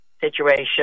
situation